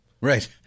Right